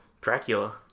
dracula